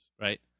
right